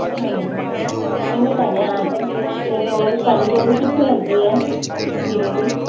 ਹਾਂਜੀ ਕੋਈ ਨਹੀਂ ਭੈਣੇ ਆ ਜਾਵਾਂਗੇ ਅਤੇ ਹੋਰ ਤੁਹਾਡੀ ਜੋਬ ਕਿੱਥੇ ਲੱਗੀ ਹੈ ਵੀਰੇ ਦੀ